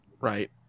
right